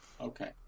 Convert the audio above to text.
Okay